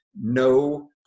no